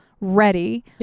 ready